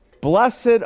blessed